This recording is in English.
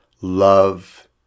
Love